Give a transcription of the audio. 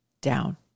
down